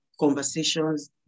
conversations